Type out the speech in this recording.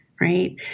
right